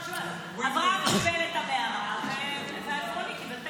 אברהם קיבל את המערה והעפרוני קיבל את הכסף.